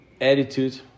Attitude